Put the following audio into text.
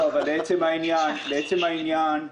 לעצם העניין,